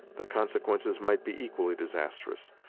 the consequences might be equally disastrous,